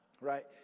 right